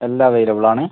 എല്ലാം അവൈലബിൾ ആണ്